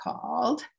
called